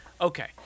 Okay